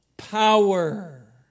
Power